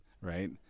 right